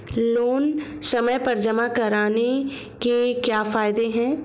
Loan समय पर जमा कराने के क्या फायदे हैं?